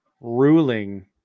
ruling